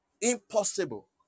impossible